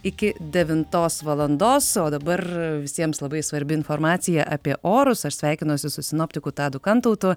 iki devintos valandos o dabar visiems labai svarbi informacija apie orus aš sveikinuosi su sinoptiku tado kantautu